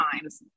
times